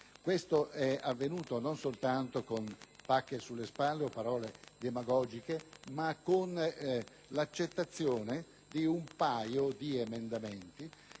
Questo è avvenuto non soltanto con pacche sulle spalle o espressioni demagogiche, ma con l'accettazione di un paio di emendamenti